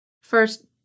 First